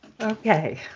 Okay